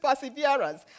perseverance